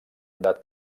del